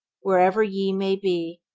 wherever ye may be,